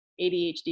ADHD